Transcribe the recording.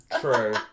True